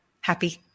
Happy